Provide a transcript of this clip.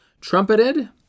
trumpeted